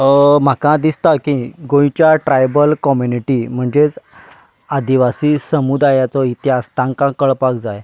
म्हाका दिसता की गोंयच्या ट्रायबल कम्युनिटी म्हणजेच आदिवासी समुदायाचो इतिहास तांकां कळपाक जाय